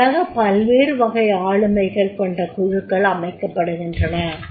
இவ்வாறாக பல்வேறு வகை ஆளுமைகள் கொண்ட குழுக்கள் அமைக்கப்படுகின்றன